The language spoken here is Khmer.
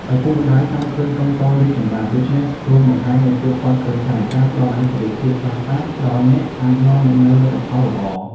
ឪពុកម្ដាយចង់ឃើញកូនៗរីកចម្រើន ដូច្នេះ សូមបង្ហាញឲ្យពួកគាត់ឃើញថា ការផ្ដល់ឯករាជ្យភាពខ្លះៗដល់អ្នក អាចនាំមកនូវលទ្ធផលល្អ។